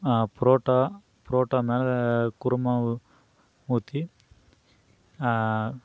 பரோட்டா பரோட்டா மேலே குருமா ஊற்றி